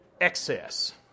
excess